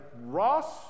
Ross